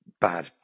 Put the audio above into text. Bad